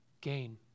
gain